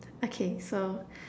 okay so